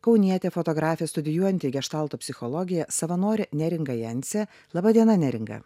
kaunietė fotografė studijuojanti geštalto psichologiją savanorė neringa jancė laba diena neringa